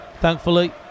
thankfully